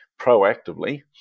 proactively